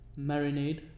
marinade